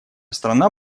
страна